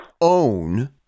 own